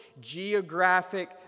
geographic